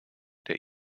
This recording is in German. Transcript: der